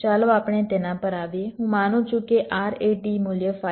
ચાલો આપણે તેના પર આવીએ હું માનું છું કે RAT મૂલ્ય 5